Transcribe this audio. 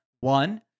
One